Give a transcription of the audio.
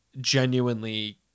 genuinely